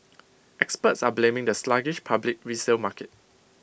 experts are blaming the sluggish public resale market